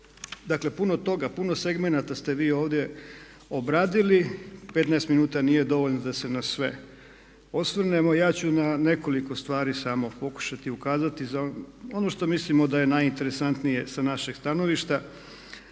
Dakle puno toga, puno segmenata ste vi ovdje obradili, 15 minuta nije dovoljno da se na sve osvrnemo. Ja ću na nekoliko stvari samo pokušati ukazati ono što mislimo da je najinteresantnije sa našeg stanovišta.